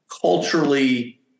culturally